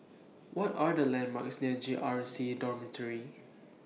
What Are The landmarks near J R C Dormitory